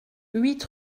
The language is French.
huit